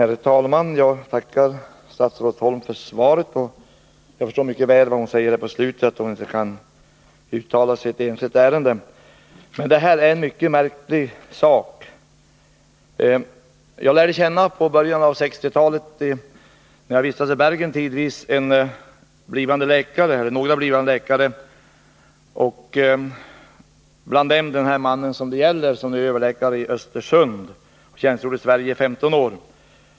Herr talman! Jag tackar statsrådet Holm för svaret. Tisdagen den Jag förstår mycket väl att statsrådet, som hon säger i slutet av svaret, inte 25 november 1980 kan uttala sig i ett enskilt ärende. Men det här är ett mycket märkligt fall. I början av 1960-talet, då jag tidvis vistades i Bergen, lärde jag känna några Om förfarandet blivande läkare. Bland dessa var den man det nu gäller, som är överläkare i Östersund och har tjänstgjort i Sverige i 15 år.